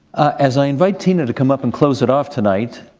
as i invite tina to come up and close it off tonight,